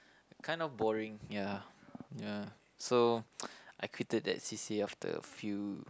kind of boring ya ya so I quitted that c_c_a after a few